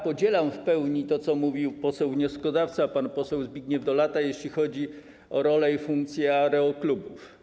Podzielam w pełni to, co mówił poseł wnioskodawca, pan poseł Zbigniew Dolata, jeśli chodzi o rolę i funkcję aeroklubów.